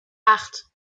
acht